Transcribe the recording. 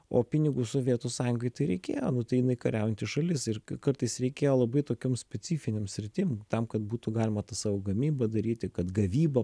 o pinigų sovietų sąjungai tai reikėjo nu tai jinai kariaujanti šalis ir kartais reikėjo labai tokiom specifinėm sritim tam kad būtų galima tą savo gamybą daryti kad gavyba